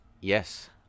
Yes